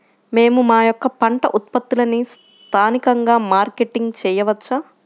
మేము మా యొక్క పంట ఉత్పత్తులని స్థానికంగా మార్కెటింగ్ చేయవచ్చా?